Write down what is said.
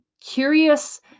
curious